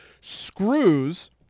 screws